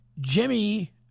Jimmy